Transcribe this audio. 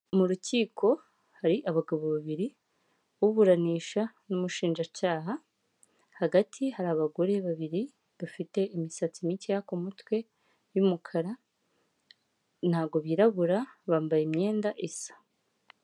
Mu rukiko hari abagabo babiri uburanisha n'umushinjacyaha, hagati hari abagore babiri bafite imisatsi mike ku mutwe, y'umukara ntabwo birabura bambaye imyenda isa.